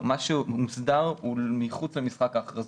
מה שמוסדר, הוא מחוץ למשחק ההכרזות.